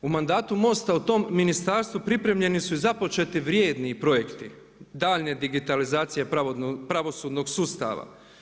U mandatu MOST-a u tim ministarstvu pripremljeni su i započeti vrijedni projekti daljnje digitalizacije pravosudnog sustava.